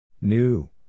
New